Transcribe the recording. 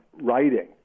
writing